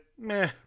Meh